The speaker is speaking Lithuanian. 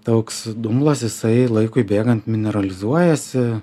toks dumblas jisai laikui bėgant mineralizuojasi